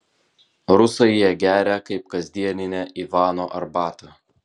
rusai ją geria kaip kasdieninę ivano arbatą